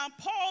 Paul